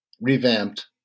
revamped